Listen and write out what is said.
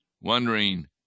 wondering